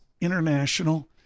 International